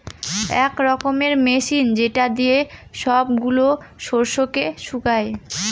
এক রকমের মেশিন যেটা দিয়ে সব গুলা শস্যকে শুকায়